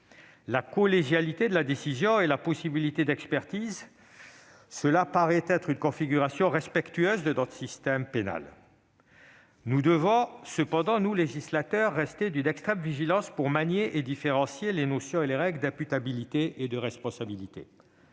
Collégialité de la décision et possibilité d'expertise créent une configuration qui paraît respectueuse de notre système pénal. Nous devons toutefois, en tant que législateur, rester d'une extrême vigilance pour manier et différencier les notions et les règles d'imputabilité et de responsabilité.